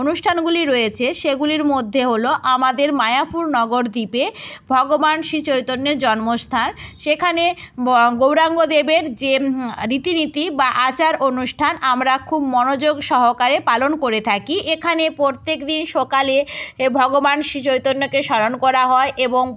অনুষ্ঠানগুলি রয়েছে সেগুলির মধ্যে হলো আমাদের মায়াপুর নবদ্বীপে ভগবান শ্রীচৈতন্যের জন্মস্থান সেখানে গৌরাঙ্গদেবের যে রীতি নীতি বা আচার অনুষ্ঠান আমরা খুব মনোযোগ সহকারে পালন করে থাকি এখানে প্রত্যেক দিন সকালে এ ভগবান শ্রীচৈতন্যকে স্মরণ করা হয় এবং